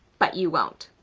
but you won't.